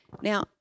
Now